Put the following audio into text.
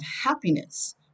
happiness